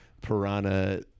Piranha